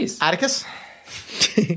Atticus